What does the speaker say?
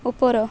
ଉପର